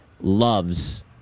loves